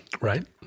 Right